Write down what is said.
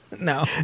No